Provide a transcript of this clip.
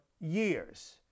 years